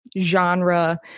genre